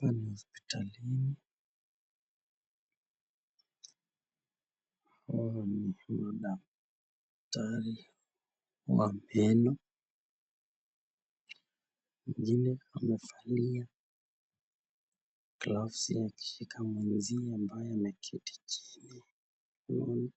Hapa ni hospitalini, hawa ni madaktari wa meno, mwngine amevalia glavsi akishikilia mzee ambaye ameketi chini, huyu